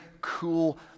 cool